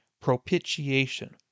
propitiation